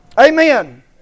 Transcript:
Amen